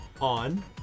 On